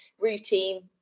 routine